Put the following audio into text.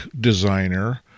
designer